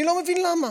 אני לא מבין למה.